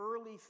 early